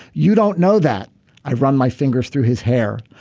you don't know that i run my fingers through his hair.